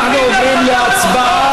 אנחנו עוברים להצבעה.